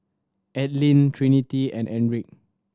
Adline Trinity and Enrique